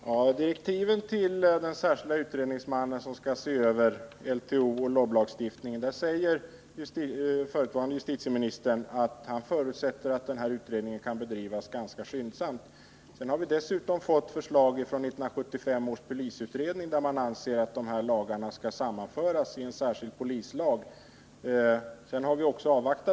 Fru talman! I direktiven för den särskilde utredningsman som skall se över LTO och LOB säger förutvarande justitieministern att han förutsätter att utredningen kan bedrivas skyndsamt. Dessutom har vi fått ett förslag från 1975 års polisutredning, som anser att dessa lagar bör sammanföras i en särskild polislag.